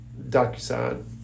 DocuSign